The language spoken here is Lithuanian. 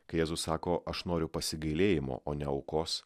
kai jėzus sako aš noriu pasigailėjimo o ne aukos